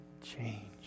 change